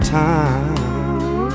time